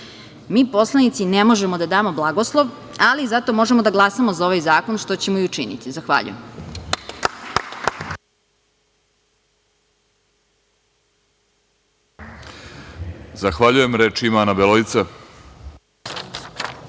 poslanici, ne možemo da damo blagoslov, ali zato možemo da glasamo za ovaj zakon, što ćemo i učiniti. Zahvaljujem. **Vladimir Orlić** Zahvaljujem. Reč ima Ana Beloica.